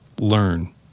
Learn